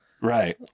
Right